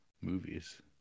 movies